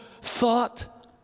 thought